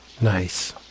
nice